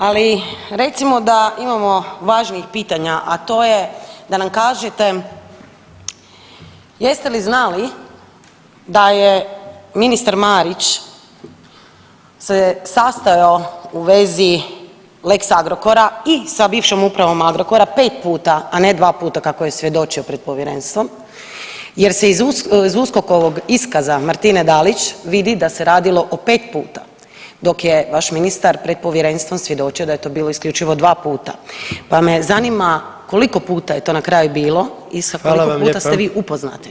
Ali recimo da imamo važnijih pitanja, a to je da nam kažete jeste li znali da je ministar Marić se sastajao u vezi lex Agrokora i sa bivšom upravom Agrokora 5 puta, a ne 2 puta kako je svjedočio pred povjerenstvom jer se iz USKOK-ovog iskaza Martine Dalić vidi da se radilo o 5 puta, dok je vaš ministar pred povjerenstvom svjedočio da je to bilo isključivo 2 puta, pa me zanima koliko puta je to na kraju bilo [[Upadica: Hvala vam lijepa]] isto koliko puta ste vi upoznati?